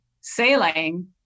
sailing